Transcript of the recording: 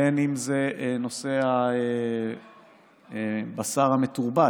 בין אם זה נושא הבשר המתורבת,